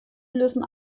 lösen